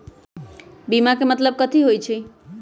बीमा के मतलब कथी होई छई?